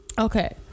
Okay